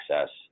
access